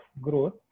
growth